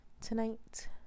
tonight